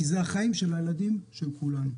כי זה החיים של הילדים של כולנו.